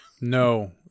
No